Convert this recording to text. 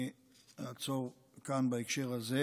אני אעצור כאן בהקשר הזה.